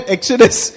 Exodus